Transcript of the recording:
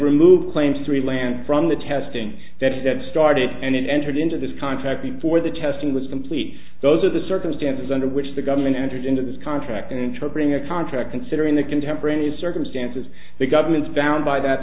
removed claims three land from the testing that started and entered into this contract before the testing was complete those are the circumstances under which the government entered into this contract and interpret the contract considering the contemporaneous circumstances the governments found by that